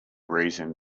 reason